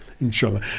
inshallah